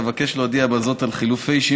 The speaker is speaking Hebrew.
אבקש להודיע בזאת על חילופי אישים